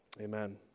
Amen